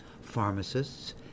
pharmacists